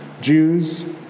Jews